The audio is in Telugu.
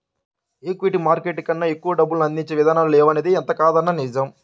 ఈక్విటీ మార్కెట్ కన్నా ఎక్కువ డబ్బుల్ని అందించే ఇదానాలు లేవనిది ఎంతకాదన్నా నిజం